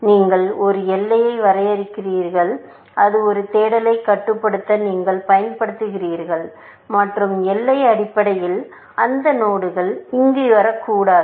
நீங்கள் ஒரு எல்லையை வரைகிறீர்கள் அது ஒரு தேடலைக் கட்டுப்படுத்த நீங்கள் பயன்படுத்துகிறீர்கள் மற்றும் எல்லை அடிப்படையில் அந்த நோடுகள் இங்கு வரக்கூடாது